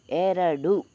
ಎರಡು